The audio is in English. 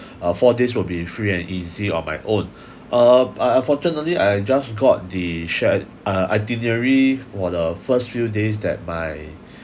uh four days will be free and easy on my own uh unfortunately I just got the shared uh itinerary for the first few days that my